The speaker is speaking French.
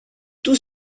tout